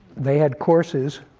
they had courses,